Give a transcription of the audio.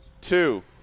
two